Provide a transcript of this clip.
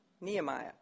Nehemiah